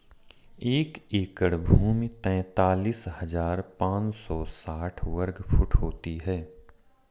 एक एकड़ भूमि तैंतालीस हज़ार पांच सौ साठ वर्ग फुट होती है